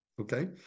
Okay